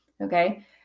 okay